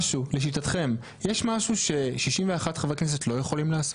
לשיטתכם יש משהו ש-61 חברי כנסת לא יכולים לעשות,